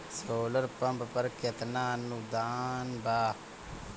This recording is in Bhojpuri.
सोलर पंप पर केतना अनुदान बा?